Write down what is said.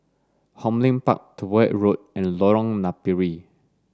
Hong Lim Park Tyrwhitt Road and Lorong Napiri